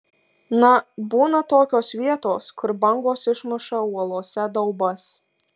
na būna tokios vietos kur bangos išmuša uolose daubas